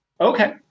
Okay